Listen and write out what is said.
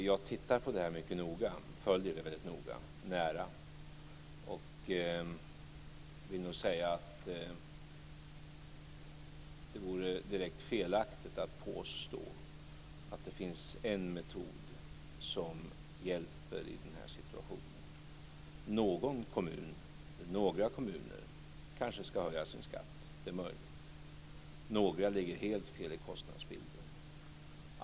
Jag följer det här mycket noga och nära, och vill säga att det vore direkt felaktigt att påstå att det finns en metod som hjälper i den här situation. Någon eller några kommuner kanske ska höja sin skatt. Det är möjligt. Några ligger helt fel i kostnadsbilden.